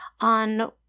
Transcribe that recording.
on